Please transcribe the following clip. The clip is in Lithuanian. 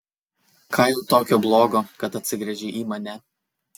ką jau tokio blogo kad atsigręžei į mane